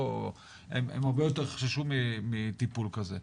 הם הרבה יותר יחששו מטיפול כזה.